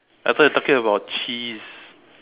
I thought you talking about cheese